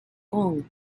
gong